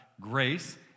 grace